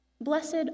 Blessed